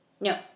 No